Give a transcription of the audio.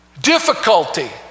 difficulty